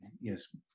Yes